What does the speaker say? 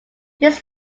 this